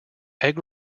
egg